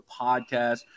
podcast